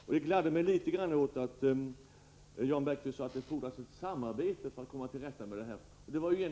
Jag gladde mig litet åt att Jan Bergqvist sade att det fordras samarbete för att man skall kunna komma till rätta med detta problem.